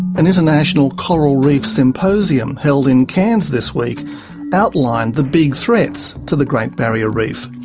an international coral reef symposium held in cairns this week outlined the big threats to the great barrier reef.